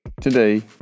Today